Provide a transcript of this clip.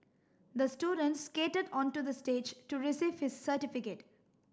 the student skated onto the stage to receive his certificate